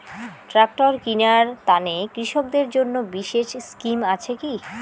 Tractor কিনার তানে কৃষকদের জন্য বিশেষ স্কিম আছি কি?